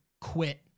quit